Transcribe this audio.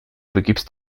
begibst